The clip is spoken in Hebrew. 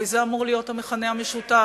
הרי זה אמור להיות המכנה המשותף,